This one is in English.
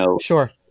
Sure